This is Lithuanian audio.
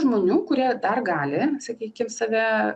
žmonių kurie dar gali sakykim save